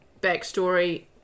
backstory